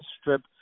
strip